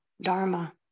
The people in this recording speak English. dharma